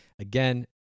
Again